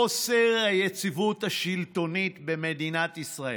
חוסר היציבות השלטונית במדינת ישראל.